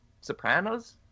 sopranos